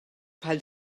bħal